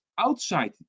outside